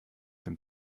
dem